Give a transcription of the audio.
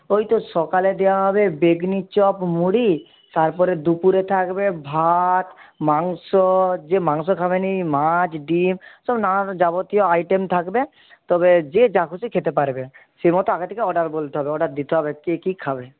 ওই তো সকালে দেওয়া হবে বেগনির চপ মুড়ি তারপরে দুপুরে থাকবে ভাত মাংস যে মাংস খাবে না মাছ ডিম সব নানান যাবতীয় আইটেম থাকবে তবে যে যা খুশি খেতে পারবে সেই মতো আগের থেকে অর্ডার বলতে হবে অর্ডার দিতে হবে কে কি খাবে